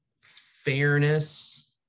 fairness